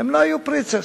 הן לא היו "פריצעס".